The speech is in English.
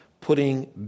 putting